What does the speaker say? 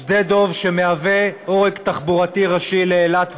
שדה-דב, שמהווה עורק תחבורתי ראשי לאילת ולערבה,